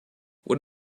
what